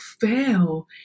fail